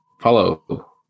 follow